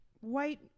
white